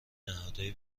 نهادهای